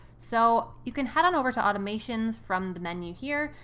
so you can head on over to automations from the menu here.